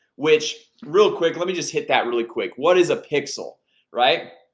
which real quick. let me just hit that really quick. what is a pixel right?